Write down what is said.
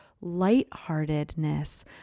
lightheartedness